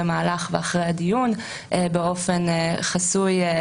במהלך ואחרי הדיון באופן חסוי,